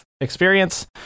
experience